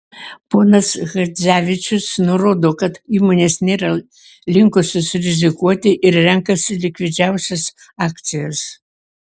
ponas chadzevičius nurodo kad įmonės nėra linkusios rizikuoti ir renkasi likvidžiausias akcijas